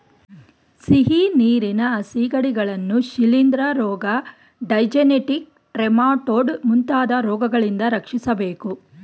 ಸಿಹಿನೀರಿನ ಸಿಗಡಿಗಳನ್ನು ಶಿಲಿಂದ್ರ ರೋಗ, ಡೈಜೆನೆಟಿಕ್ ಟ್ರೆಮಾಟೊಡ್ ಮುಂತಾದ ರೋಗಗಳಿಂದ ರಕ್ಷಿಸಬೇಕು